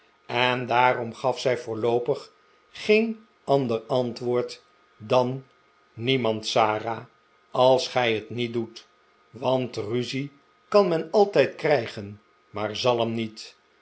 en daarom gaf zij voorloopig geen ander antwoord dan niemand sara als gij het niet doet want ruzie kan men altijd krijgen maar zalm niet